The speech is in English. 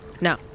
No